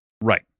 Right